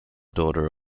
daughter